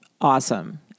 awesome